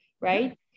Right